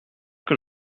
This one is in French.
que